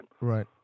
Right